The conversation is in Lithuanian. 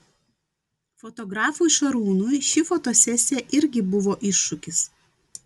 fotografui šarūnui ši fotosesija irgi buvo iššūkis